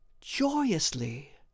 joyously